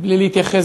בלי להתייחס